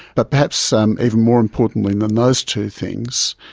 but perhaps um even more importantly than those two things,